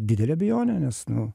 didelė abejonė nes nu